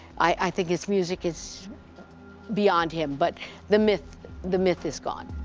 i think his music is beyond him, but the myth the myth is gone